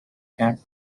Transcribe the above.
cap